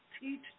Teach